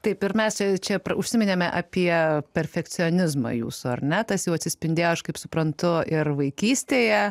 taip ir mes čia čia užsiminėme apie perfekcionizmą jūsų ar ne tas jau atsispindėjo aš kaip suprantu ir vaikystėje